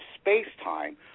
space-time